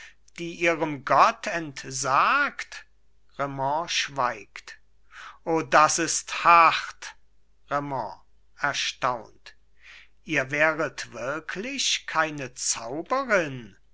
die ihrem gott entsagt raimond schweigt o das ist hart raimond erstaunt ihr wäret wirklich keine zauberin